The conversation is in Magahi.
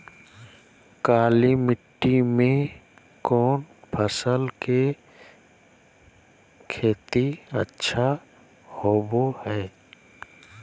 काली मिट्टी में कौन फसल के खेती अच्छा होबो है?